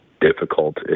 difficult